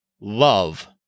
love